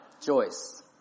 Joyce